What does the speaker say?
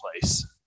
place